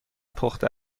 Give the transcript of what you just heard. پخته